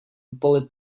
bullet